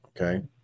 Okay